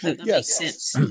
Yes